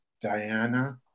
Diana